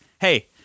hey